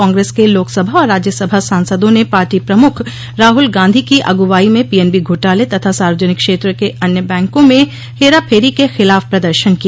कांग्रेस के लोकसभा और राज्यसभा सांसदों ने पार्टी प्रमुख राहुल गांधी की अगुवाई में पीएनबी घोटाले तथा सार्वजनिक क्षेत्र के अन्य बैंकों में हेराफेरी के खिलाफ प्रदर्शन किया